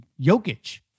Jokic